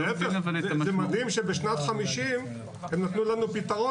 זה מדהים שבשנת 1950 הם נתנו לנו פתרון